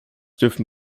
dürfen